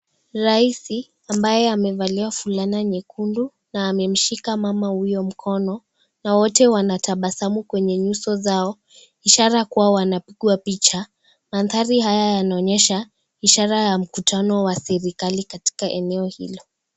Rais ambaye amevalia fulana nyekundu, na amemshika mama huyo mkono na wote wanatabasamu kwenye nyuso zao, ishara kuwa wanapigwa picha. Manthari haya yanaonyesha ishara ya mkutano wa serikali katika eneo hili.